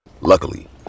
Luckily